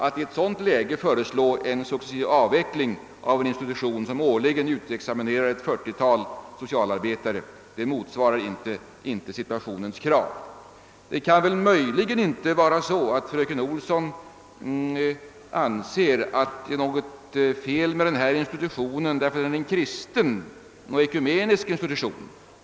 Att i ett sådant läge föreslå en successiv avveckling av en institution som årligen utexaminerar ett 40-tal socialarbetare, det motsvarar inte situationens krav. Det kan möjligen inte vara så att fröken Olsson anser att det är något fel med den här institutionen därför att den är en kristen och ekumenisk institution?